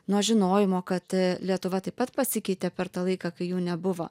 nuo žinojimo kad lietuva taip pat pasikeitė per tą laiką kai jų nebuvo